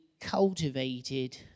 cultivated